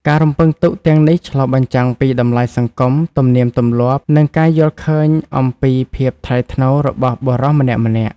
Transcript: ការរំពឹងទុកទាំងនេះឆ្លុះបញ្ចាំងពីតម្លៃសង្គម ទំនៀមទម្លាប់ និងការយល់ឃើញអំពីភាពថ្លៃថ្នូររបស់បុរសម្នាក់ៗ។